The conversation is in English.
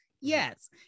yes